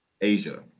asia